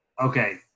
Okay